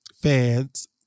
fans